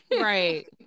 Right